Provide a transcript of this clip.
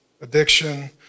addiction